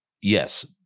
Yes